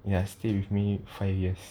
ya stay with me five years